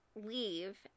leave